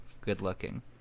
good-looking